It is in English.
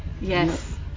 Yes